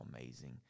amazing